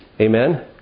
Amen